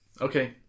Okay